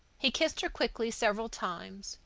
he kissed her quickly several times,